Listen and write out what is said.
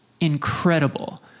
incredible